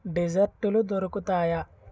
డెజర్టులు దొరుకుతాయా